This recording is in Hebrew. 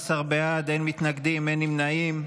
בעד, אין מתנגדים, אין נמנעים.